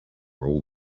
all